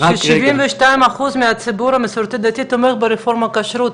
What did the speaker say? ש-72% מהציבור הדתי המסורתי תומך ברפורמת הכשרות.